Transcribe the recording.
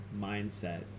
mindset